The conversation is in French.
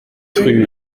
rue